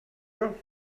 you